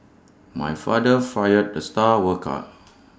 my father fired the star worker